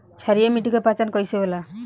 क्षारीय मिट्टी के पहचान कईसे होला?